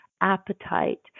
appetite